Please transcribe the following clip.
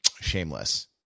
Shameless